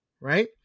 right